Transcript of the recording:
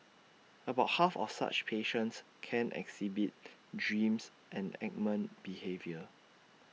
about half of such patients can exhibit dreams enactment behaviour